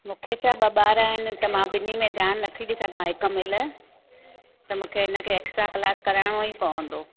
मुखे छा ॿ ॿार आहिनि त मां ॿिनी में ध्यान न थी ॾेई सघां हिकुमैल त मुंखे हिनखे एक्स्ट्रा क्लास कराइणो ई पवंदो